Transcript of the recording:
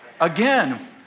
again